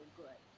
good